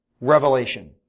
revelation